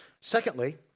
Secondly